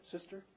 sister